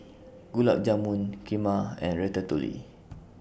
Gulab Jamun Kheema and Ratatouille